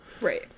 right